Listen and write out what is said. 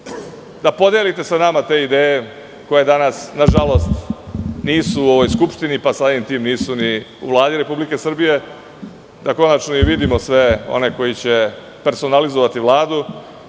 podelite sa nama te ideje koje danas, nažalost, nisu u ovoj Skupštini, pa samim nisu ni u Vladi Republike Srbije, da konačno i vidimo sve one koji će personalizovati Vladu,